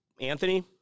Anthony